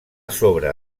sobre